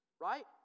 Right